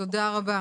תודה רבה.